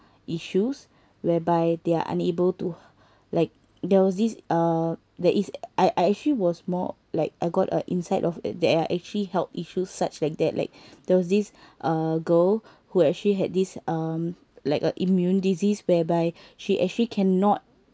issues whereby they are unable to like there was this uh there is I I actually was more like I got a insight of there are actually health issues such like that like there was this uh girl who actually had this um like a immune disease whereby she actually cannot